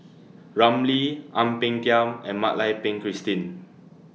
Ramli Ang Peng Tiam and Mak Lai Peng Christine